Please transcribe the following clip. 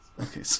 Okay